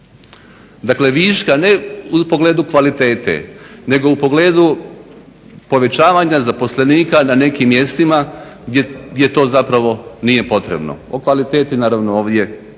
Dakle, viška ne u pogledu kvalitete nego u pogledu povećavanja zaposlenika na nekim mjestima gdje to zapravo nije potrebno, o kvaliteti naravno ovdje neću